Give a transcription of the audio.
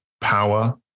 power